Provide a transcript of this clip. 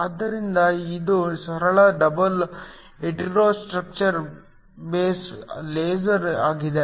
ಆದ್ದರಿಂದ ಇದು ಸರಳ double heterostructure base laser ಆಗಿದೆ